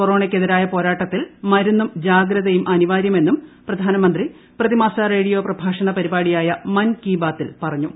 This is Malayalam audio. കൊറോണയ്ക്കെതിരായ പോരാട്ടത്തിൽ മരുസ്സ് ് ജാഗ്രതയും അനിവാര്യമെന്നും പ്രധാനമന്ത്രി പ്രതിമാസ് റേഡിയോ പ്രഭാഷണ പരിപാടിയായ മൻകി ബാത്തിൽ പറഞ്ഞു